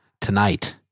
tonight